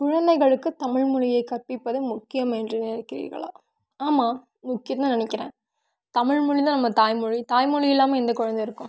குழந்தைகளுக்கு தமிழ் மொழியை கற்பிப்பது முக்கியம் என்று நினைக்கிறீர்களா ஆமாம் முக்கியம் தான் நினைக்கிறேன் தமிழ் மொழி தான் நம்ம தாய் மொழி தாய் மொழி இல்லாமல் எந்த குழந்த இருக்கும்